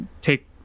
take